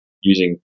using